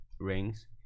rings